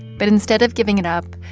but instead of giving it up,